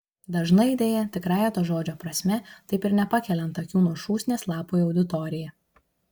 dažnai deja tikrąja to žodžio prasme taip ir nepakeliant akių nuo šūsnies lapų į auditoriją